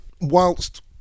Whilst